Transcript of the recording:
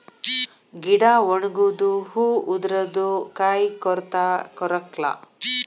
ಗಿಡಾ ಒಣಗುದು ಹೂ ಉದರುದು ಕಾಯಿ ಕೊರತಾ ಕೊರಕ್ಲಾ